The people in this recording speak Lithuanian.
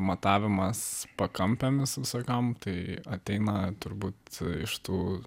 matavimas pakampėmis visokiom tai ateina turbūt iš tų